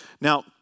Now